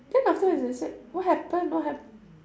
then after that they said what happen what hap~